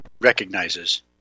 recognizes